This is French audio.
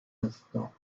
instant